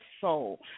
soul